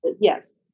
Yes